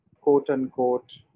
quote-unquote